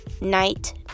night